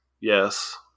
yes